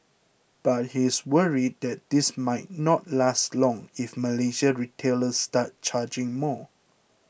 but he is worried that this might not last long if Malaysian retailers start charging more